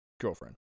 girlfriend